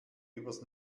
übers